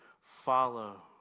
follow